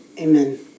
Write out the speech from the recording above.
Amen